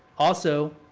also,